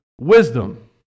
wisdom